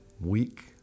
week